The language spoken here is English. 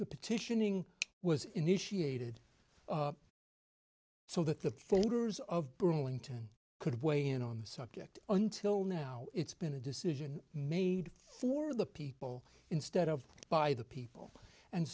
the petitioning was initiated so that the fingers of burlington could weigh in on the subject until now it's been a decision made for the people instead of by the people and